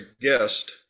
guest